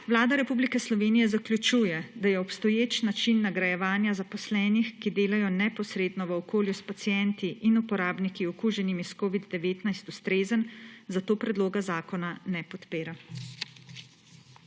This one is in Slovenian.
Vlada Republike Slovenije zaključuje, da je obstoječi način nagrajevanja zaposlenih, ki delajo neposredno v okolju s pacienti in uporabniki okuženimi s covid-19, ustrezen, zato predloga zakona ne podpira.